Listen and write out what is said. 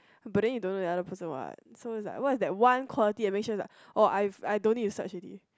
but then you don't know the other person what so is like what is that one quality that make sure like oh I I don't need to search already